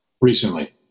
recently